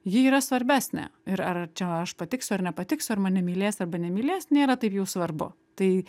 ji yra svarbesnė ir ar čia aš patiksiu ar nepatiksiu ar mane mylės arba nemylės nėra taip jau svarbu tai